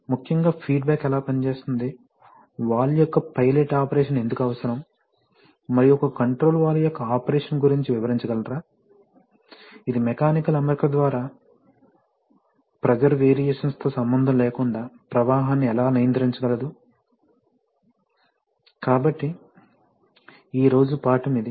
ముఖ్యంగా ఫీడ్బ్యాక్ ఎలా పనిచేస్తుంది వాల్వ్స్ యొక్క పైలట్ ఆపరేషన్ ఎందుకు అవసరం మరియు ఒక కంట్రోల్ వాల్వ్ యొక్క ఆపరేషన్ గురించి వివరించగలరా ఇది మెకానికల్ అమరిక ద్వారా ప్రెషర్ వేరియేషన్స్ తో సంబంధం లేకుండా ప్రవాహాన్ని ఎలా నియంత్రిచగలదు కాబట్టి ఈ రోజు పాఠం ఇది